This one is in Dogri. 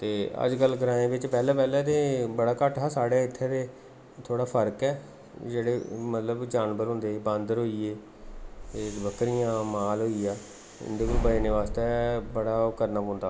ते अजकल ग्राएं बिच पैह्लें पैह्लें ते बड़ा घट्ट हा साढ़े इत्थै ते थोह्ड़ा फर्क ऐ जेह्ड़े मतलब कि जानवर होंदे बांदर होई गे ते बकरियां माल होई गेआ इं'दे कोला बचने आस्तै बड़ा ओह् करना पौंदा